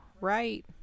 right